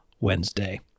Wednesday